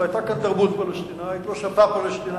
לא היתה כאן תרבות פלסטינית, לא שפה פלסטינית,